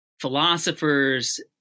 philosophers